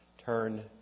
turn